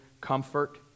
comfort